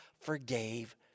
forgave